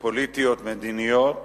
פוליטיות מדיניות